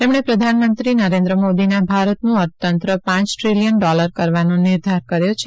તેમણે પ્રધાનમંત્રી નરેન્દ્ર મોદીના ભારતનું અર્થતંત્ર પાંચ ટ્રિલિયન ડોલર કરવાનો નિર્ધાર કર્યો છે